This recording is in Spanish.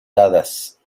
dadas